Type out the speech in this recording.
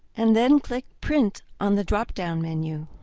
and then click print on the drop-down menu.